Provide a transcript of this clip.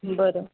बरं